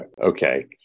Okay